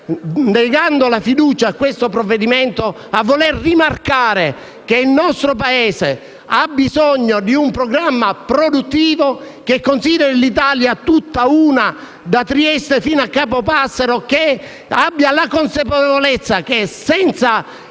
negando la fiducia su questo provvedimento, rimarchiamo che il nostro Paese ha bisogno di un programma produttivo che consideri l'Italia tutt'una, da Trieste fino a Capo Passero, che abbia la consapevolezza che senza